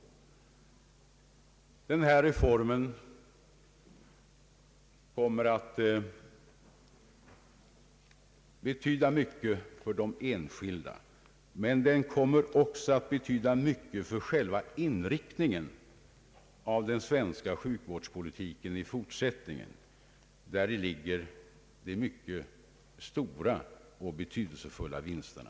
Den här reformen kommer att betyda mycket för de enskilda och den kommer också att betyda mycket för själva inriktningen av den svenska sjukvårdspolitiken i fortsättningen. Däri ligger de mycket stora och betydelsefulla vinsterna.